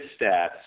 stats